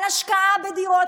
על השקעה בדירות,